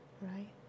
Right